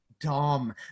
dumb